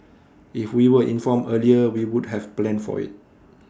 if we were informed earlier we would have planned for IT